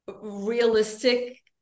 realistic